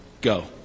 go